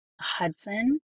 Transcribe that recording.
Hudson